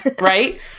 Right